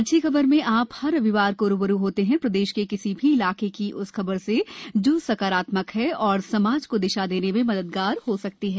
अच्छी खबर में आप हर रविवार रू ब रू होते हैं प्रदेश को किसी भी इलाके की उस खबर से जो सकारात्मक है और समाज को दिशा देने में मददगार हो सकती है